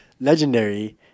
legendary